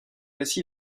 ainsi